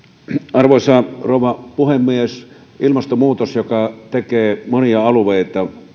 arvoisa rouva puhemies ilmastonmuutos joka tekee monia alueita